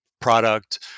product